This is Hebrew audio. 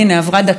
עברה דקה,